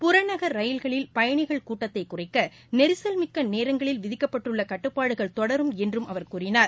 புறநகர் ரயில்களில் பயணிகள் கூட்டத்தை குறைக்க நெரிசல் மிக்க நேரங்களில் விதிக்கப்பட்டுள்ள கட்டுப்பாடுகள் தொடரும் என்று அவர் கூறினார்